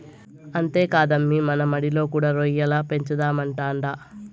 అంతేకాదమ్మీ మన మడిలో కూడా రొయ్యల పెంచుదామంటాండా